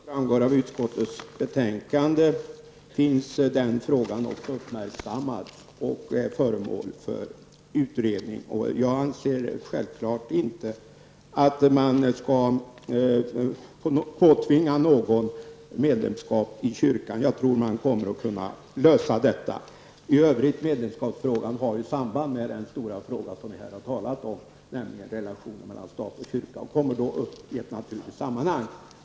Herr talman! Som framgår av utskottets betänkande har den frågan uppmärksammats och är föremål för utredning. Jag anser självklart inte att man skall påtvinga någon medlemskap i kyrkan. Jag tror att man kommer att kunna lösa detta. I övrigt har ju medlemskapsfrågan samband med den stora fråga som vi här har talat om, nämligen relationen mellan stat och kyrka. Den kommer alltså upp i ett naturligt sammanhang.